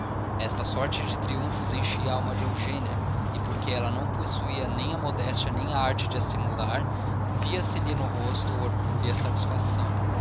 esta sorte de triunfos enchia a alma de eugênia e porque ela não possuía nem a modéstia nem a arte de a simular via-se-lhe no rosto o orgulho e a satisfação